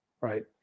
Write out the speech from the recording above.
right